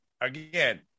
again